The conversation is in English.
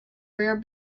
rare